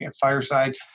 fireside